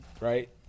Right